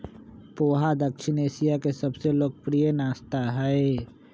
पोहा दक्षिण एशिया के सबसे लोकप्रिय नाश्ता हई